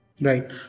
Right